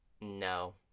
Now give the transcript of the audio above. no